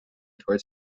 toward